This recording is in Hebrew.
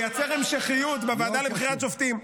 לייצר המשכיות בוועדה לבחירת שופטים,